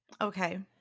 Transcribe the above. Okay